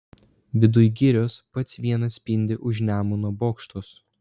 viduj girios pats vienas spindi už nemuno bokštas